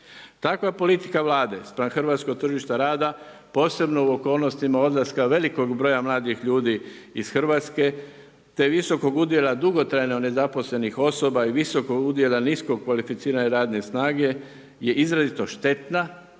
Takva politika Vlade spram hrvatskog tržišta rada, posebno u okolnostima odlaska velikog broja mladih ljudi iz Hrvatske, te visokog udjela dugotrajno nezaposlenih osoba i visokog udjela nisko kvalificirane radne snage je izrazito štetna,